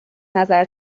نظر